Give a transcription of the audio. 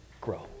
grow